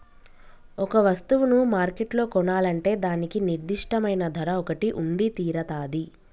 ఒక వస్తువును మార్కెట్లో కొనాలంటే దానికి నిర్దిష్టమైన ధర ఒకటి ఉండితీరతాది